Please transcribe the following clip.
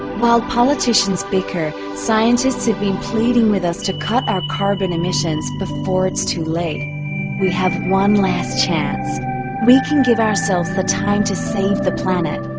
while politicians bicker scientists have been pleading with us to cut our carbon emissions before it's too late. we have one last chance we can give ourselves the time to save the planet.